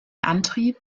antrieb